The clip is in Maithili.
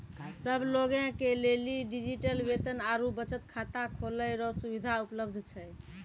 सब लोगे के लेली डिजिटल वेतन आरू बचत खाता खोलै रो सुविधा उपलब्ध छै